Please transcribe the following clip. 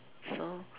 so